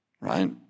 right